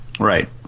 Right